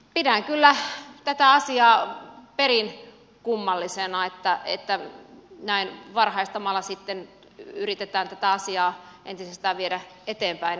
pidän kyllä tätä asiaa perin kummallisena että näin varhaistamalla yritetään tätä asiaa entisestään viedä eteenpäin